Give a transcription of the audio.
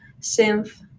synth